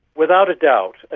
without a doubt.